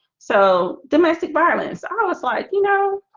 so domestic violence. i was like, you know,